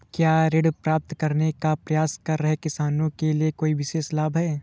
क्या ऋण प्राप्त करने का प्रयास कर रहे किसानों के लिए कोई विशेष लाभ हैं?